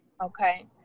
Okay